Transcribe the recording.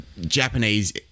Japanese